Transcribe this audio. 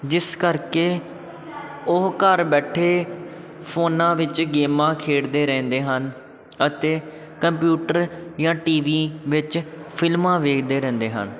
ਜਿਸ ਕਰਕੇ ਉਹ ਘਰ ਬੈਠੇ ਫੋਨਾਂ ਵਿੱਚ ਗੇਮਾਂ ਖੇਡਦੇ ਰਹਿੰਦੇ ਹਨ ਅਤੇ ਕੰਪਿਊਟਰ ਜਾਂ ਟੀ ਵੀ ਵਿੱਚ ਫਿਲਮਾਂ ਵੇਖਦੇ ਰਹਿੰਦੇ ਹਨ